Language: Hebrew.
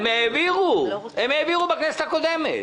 הם העבירו בכנסת הקודמת.